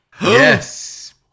Yes